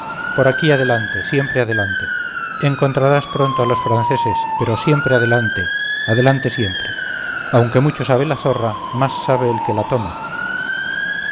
por aquí adelante siempre adelante encontrarás pronto a los franceses pero siempre adelante adelante siempre aunque mucho sabe la zorra más sabe el que la toma